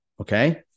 Okay